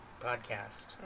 podcast